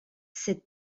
cette